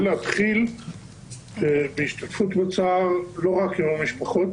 להתחיל בהשתתפות בצער לא רק עם המשפחות